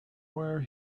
where